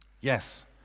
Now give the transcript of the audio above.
Yes